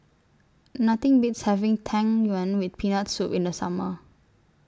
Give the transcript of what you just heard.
Nothing Beats having Tang Yuen with Peanut Soup in The Summer